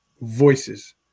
voices